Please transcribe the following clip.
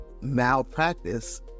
malpractice